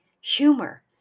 humor